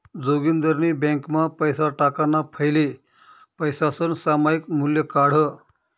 जोगिंदरनी ब्यांकमा पैसा टाकाणा फैले पैसासनं सामायिक मूल्य काढं